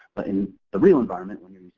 but in the real environment, when you're